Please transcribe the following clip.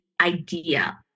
idea